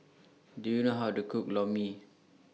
Do YOU know How to Cook Lor Mee